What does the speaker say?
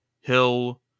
Hill